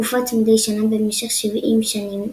הופץ מדי שנה במשך 70 שנים,